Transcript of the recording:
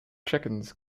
chickens